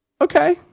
Okay